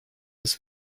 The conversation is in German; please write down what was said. das